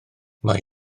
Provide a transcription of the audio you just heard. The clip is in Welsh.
mae